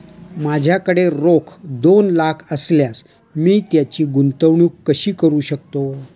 माझ्याकडे रोख दोन लाख असल्यास मी त्याची गुंतवणूक कशी करू शकतो?